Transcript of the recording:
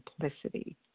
simplicity